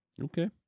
Okay